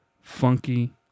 funky